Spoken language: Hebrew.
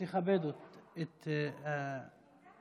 שתכבד את הנפטרים.